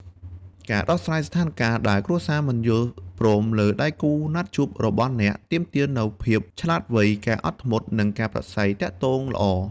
ការដោះស្រាយស្ថានការណ៍ដែលគ្រួសារមិនយល់ព្រមលើដៃគូណាត់ជួបរបស់អ្នក ទាមទារនូវភាពឆ្លាតវៃ ការអត់ធ្មត់ និងការប្រាស្រ័យទាក់ទងល្អ។